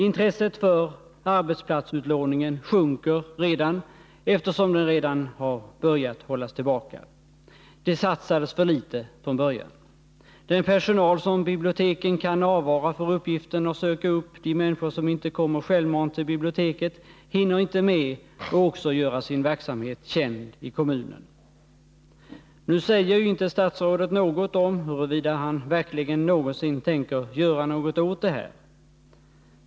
Intresset för arbetsplatsutlåningen sjunker redan, eftersom den sålunda har börjat hållas tillbaka. Det satsades för litet från början. Den personal som biblioteken kan avvara för uppgiften att söka upp de människor, som inte kommer självmant till biblioteket, hinner inte med att också göra sin verksamhet känd i kommunen. Nu säger ju inte statsrådet något om huruvida han verkligen någonsin tänker göra något åt det här.